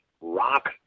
rock